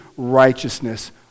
righteousness